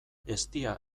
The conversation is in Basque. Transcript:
eztia